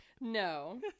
No